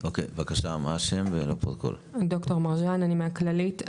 אני מהכללית.